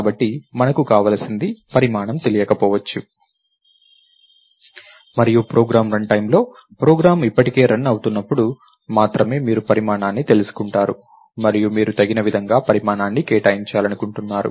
కాబట్టి మనకు కావలసింది పరిమాణం తెలియకపోవచ్చు మరియు ప్రోగ్రామ్ రన్ టైమ్లో ప్రోగ్రామ్ ఇప్పటికే రన్ అవుతున్నప్పుడు మాత్రమే మీరు పరిమాణాన్ని తెలుసుకుంటారు మరియు మీరు తగిన విధంగా పరిమాణాన్ని కేటాయించాలనుకుంటున్నారు